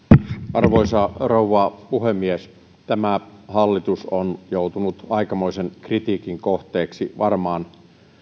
arvoisa rouva puhemies tämä hallitus on joutunut aikamoisen kritiikin kohteeksi varmaan